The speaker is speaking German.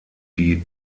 die